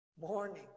morning